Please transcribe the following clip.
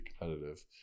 competitive